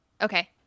Okay